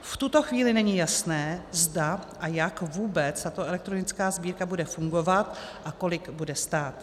V tuto chvíli není jasné, zda a jak vůbec tato elektronická sbírka bude fungovat a kolik bude stát.